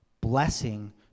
Blessing